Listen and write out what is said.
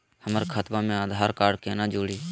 हमर खतवा मे आधार कार्ड केना जुड़ी?